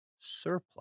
surplus